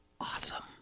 awesome